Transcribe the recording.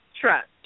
Trust